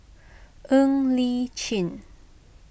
Ng Li Chin